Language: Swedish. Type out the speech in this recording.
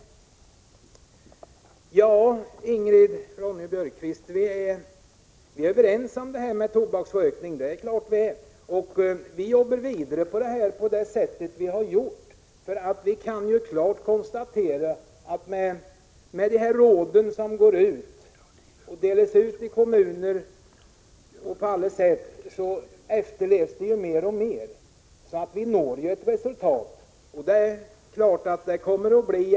Det är klart, Ingrid Ronne-Björkqvist, att vi är överens när det gäller tobaksrökningen. Vi jobbar vidare med den frågan på samma sätt som tidigare. Det står klart att de råd som delas ut t.ex. i kommunerna alltmer efterlevs, så i det avseendet når vi resultat.